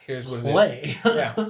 play